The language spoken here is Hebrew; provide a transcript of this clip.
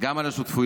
גם על השותפויות